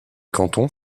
cantons